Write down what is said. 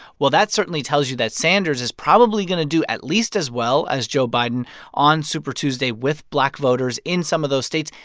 well, that certainly tells you that sanders is probably going to do at least as well as joe biden on super tuesday with black voters in some of those states.